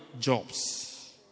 jobs